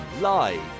live